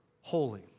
holy